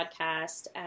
podcast